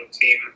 team